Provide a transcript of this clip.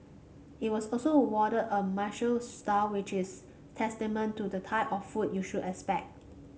it was also awarded a Michelin star which is testament to the type of food you should expect